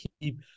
keep –